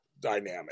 dynamic